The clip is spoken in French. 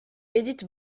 edith